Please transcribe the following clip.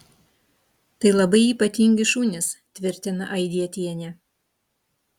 tai labai ypatingi šunys tvirtina aidietienė